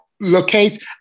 locate